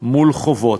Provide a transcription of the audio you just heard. מול חובות.